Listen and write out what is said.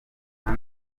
kazi